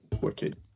wicked